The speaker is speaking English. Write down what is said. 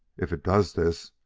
if it does this,